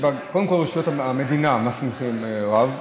קודם כול רשויות המדינה מסמיכות רב.